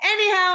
anyhow